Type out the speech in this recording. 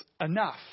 enough